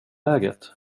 läget